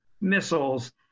missiles